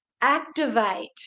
activate